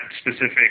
specific